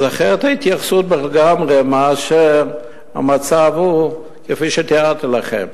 אז ההתייחסות אחרת לגמרי מאשר המצב שהוא כפי שתיארתי לכם.